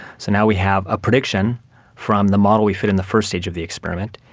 so now we have a prediction from the model we fit in the first stage of the experiment,